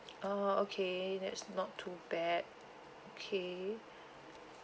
oh okay that's not too bad okay